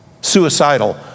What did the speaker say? Suicidal